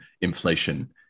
inflation